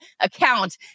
account